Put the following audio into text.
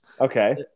Okay